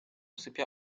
sypia